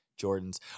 Jordans